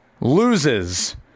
loses